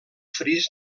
fris